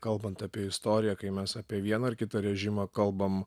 kalbant apie istoriją kai mes apie vieną ar kitą režimą kalbam